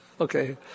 Okay